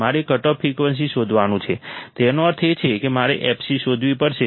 મારે cutoff frequency શોધવાનું છે તેનો અર્થ એ કે મારે fc શોધવી પડશે